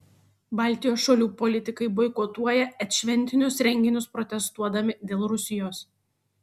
baltijos šalių politikai boikotuoja et šventinius renginius protestuodami dėl rusijos